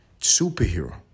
superhero